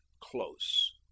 close